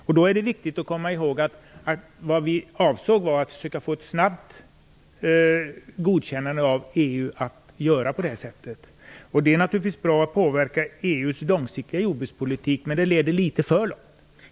Det är då viktigt att komma ihåg att vi avsåg att snabbt få ett godkännande från EU för att göra på det här sättet. Det är naturligtvis bra att påverka EU:s långsiktiga jordbrukspolitik, men det leder litet för långt.